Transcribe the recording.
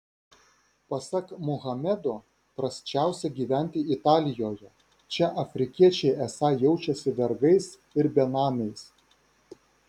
pasak muhamedo prasčiausia gyventi italijoje čia afrikiečiai esą jaučiasi vergais ir benamiais